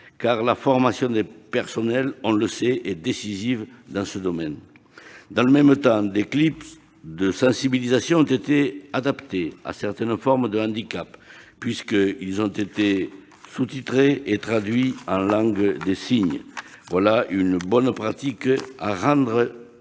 car la formation des personnels est, on le sait, décisive dans ce domaine. Dans le même temps, des clips de sensibilisation ont été adaptés à certaines formes de handicap, puisqu'ils ont été sous-titrés et traduits en langue des signes. Voilà une bonne pratique à rendre, si cela